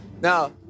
Now